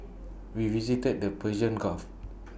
we visited the Persian gulf